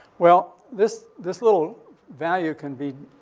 well, this this little value can be,